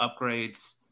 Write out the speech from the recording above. upgrades